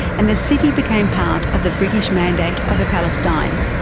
and the city became part of the british mandate over palestine.